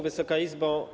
Wysoka Izbo!